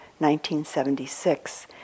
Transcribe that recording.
1976